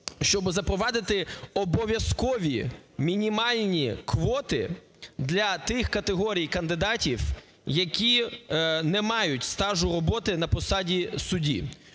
Щоби запровадити обов'язкові мінімальні квоти для тих категорій кандидатів, які не мають стажу роботи на посаді судді.